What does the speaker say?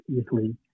easily